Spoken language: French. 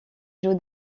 joue